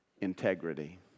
Integrity